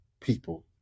people